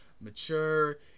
mature